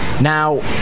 Now